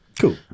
Cool